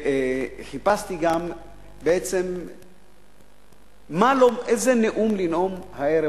חיפשתי בעצם איזה נאום לנאום הערב,